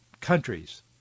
countries